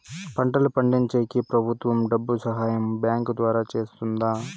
పంటలు పండించేకి ప్రభుత్వం డబ్బు సహాయం బ్యాంకు ద్వారా చేస్తుందా?